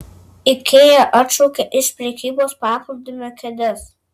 ikea atšaukia iš prekybos paplūdimio kėdes